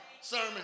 sermon